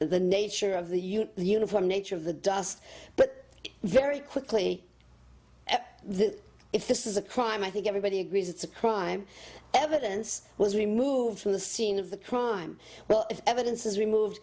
the nature of the unit the uniform nature of the dust but very quickly if this is a crime i think everybody agrees it's a crime evidence was removed from the scene of the crime well if evidence is removed